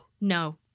No